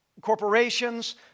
corporations